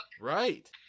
Right